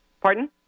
Pardon